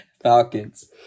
Falcons